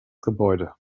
gebäude